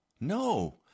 No